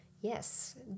yes